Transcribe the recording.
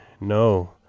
No